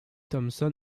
thomson